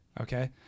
okay